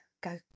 Go